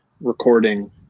recording